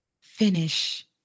Finish